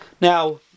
now